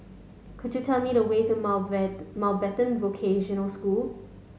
could you tell me the way to Mountbat Mountbatten Vocational School